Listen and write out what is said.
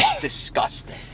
disgusting